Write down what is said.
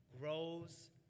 grows